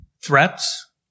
threats